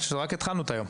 רק התחלנו את היום.